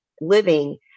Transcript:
living